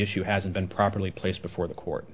issue hasn't been properly placed before the court